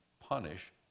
punish